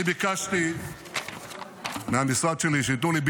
אני ביקשתי מהמשרד שלי שייתנו לי,